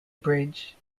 bridge